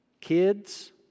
Kids